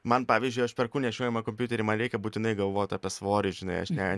man pavyzdžiui aš perku nešiojamą kompiuterį man reikia būtinai galvot apie svorį žinai aš ne